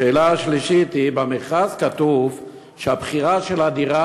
השאלה השלישית: במכרז כתוב שהבחירה של הדירה